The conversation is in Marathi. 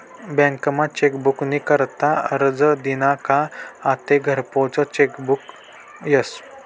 बँकमा चेकबुक नी करता आरजं दिना का आते घरपोच चेकबुक यस